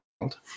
world